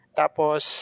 tapos